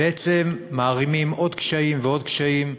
בעצם מערימים עוד קשיים ועוד קשיים.